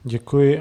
Děkuji.